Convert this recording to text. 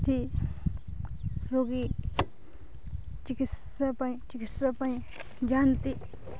ଏଠି ରୋଗୀ ଚିକିତ୍ସା ପାଇଁ ଚିକିତ୍ସା ପାଇଁ ଯାଆନ୍ତି